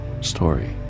story